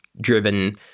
driven